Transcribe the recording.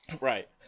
Right